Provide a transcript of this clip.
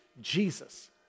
Jesus